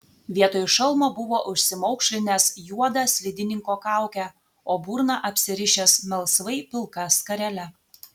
vietoj šalmo buvo užsimaukšlinęs juodą slidininko kaukę o burną apsirišęs melsvai pilka skarele